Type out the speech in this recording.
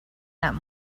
that